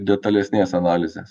detalesnės analizės